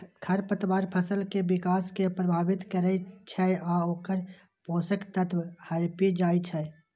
खरपतवार फसल के विकास कें प्रभावित करै छै आ ओकर पोषक तत्व हड़पि जाइ छै